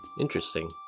Interesting